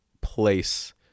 place